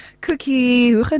Cookie